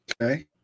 Okay